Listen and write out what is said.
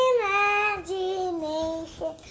Imagination